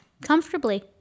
Comfortably